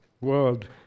world